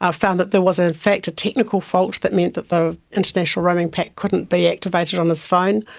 ah found that there was in fact a technical fault that meant that the international roaming pack couldn't be activated on his phone,